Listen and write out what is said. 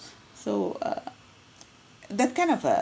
so err that kind of uh